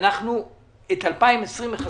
את 2020 מכסים.